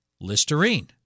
Listerine